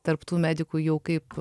tarp tų medikų jau kaip